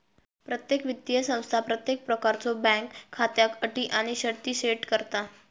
प्रत्येक वित्तीय संस्था प्रत्येक प्रकारच्यो बँक खात्याक अटी आणि शर्ती सेट करता